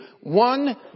one